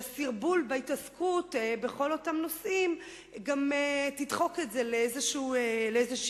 שהסרבול בהתעסקות בכל אותם נושאים תדחק את זה לפינה.